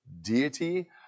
deity